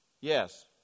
Yes